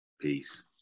Peace